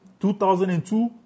2002